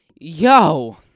Yo